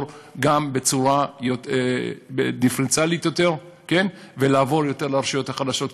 בצורה דיפרנציאלית יותר ולעבור יותר לרשויות החלשות.